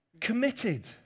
Committed